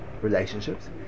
relationships